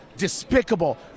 despicable